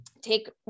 Take